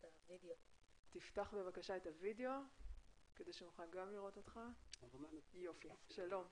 שלום.